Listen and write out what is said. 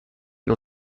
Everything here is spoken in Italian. non